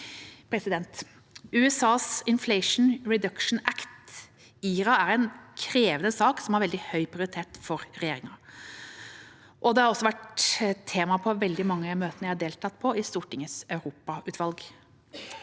verdikjeder. USAs Inflation Reduction Act, IRA, er en krevende sak som har veldig høy prioritet for regjeringa. Det har også vært tema på veldig mange av møtene jeg har deltatt på i Stortingets europautvalg.